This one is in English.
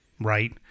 right